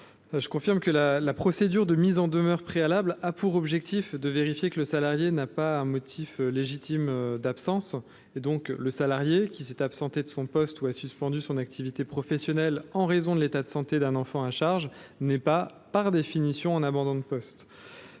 le confirme, la procédure de mise en demeure préalable a pour objet de vérifier que le salarié n’a pas un motif légitime d’absence. Ainsi, le salarié s’étant absenté de son poste ou ayant suspendu son activité professionnelle en raison de l’état de santé d’un enfant à charge n’est pas, par définition, en abandon de poste.